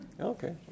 Okay